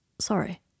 Sorry